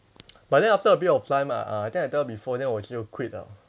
but then after a bit of time uh I think I tell you before then 我就 quit ah